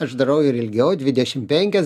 aš darau ir ilgiau dvidešimt penkias